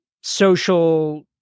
social